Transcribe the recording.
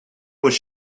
was